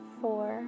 four